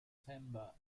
timbre